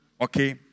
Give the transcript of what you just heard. Okay